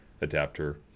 adapter